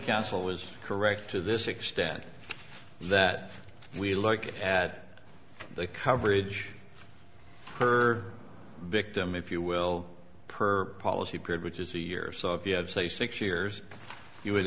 counsel was correct to this extent that we look at the coverage per victim if you will per policy period which is a year so if you have say six years you would